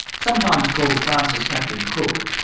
sometimes called france's captain cook,